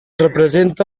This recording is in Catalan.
representa